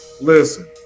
Listen